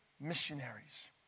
missionaries